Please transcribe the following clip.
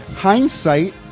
Hindsight